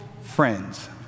friends